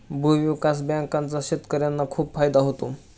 भूविकास बँकांचा शेतकर्यांना खूप फायदा होतो